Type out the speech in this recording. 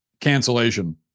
cancellation